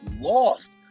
lost